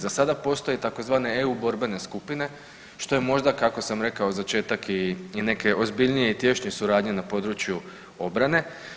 Za sada postoje tzv. EU borbene skupine što je možda kako sam rekao začetak i neke ozbiljnije i tješnje suradnje na području obrane.